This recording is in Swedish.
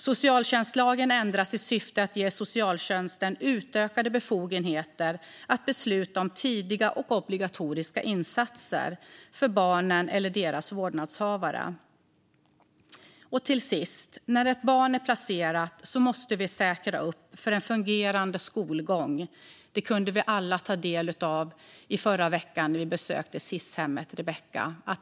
Socialtjänstlagen ändras i syfte att ge socialtjänsten utökade befogenheter att besluta om tidiga och obligatoriska insatser för barnen eller deras vårdnadshavare. Till sist: När ett barn är placerat måste vi säkra upp för en fungerande skolgång. Detta kunde vi alla ta del av när vi i förra veckan besökte Sis-hemmet Rebecka.